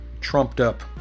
trumped-up